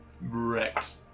wrecked